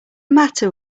matter